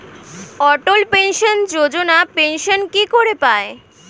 অটল pension যোজনা pension কি করে পায়?